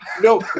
no